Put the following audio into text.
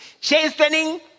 chastening